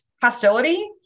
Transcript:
hostility